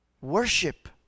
worship